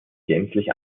gänzlich